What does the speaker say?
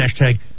hashtag